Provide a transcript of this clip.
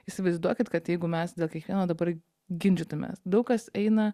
įsivaizduokit kad jeigu mes dėl kiekvieno dabar ginčytumėmės daug kas eina